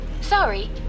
Sorry